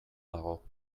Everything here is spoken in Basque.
dago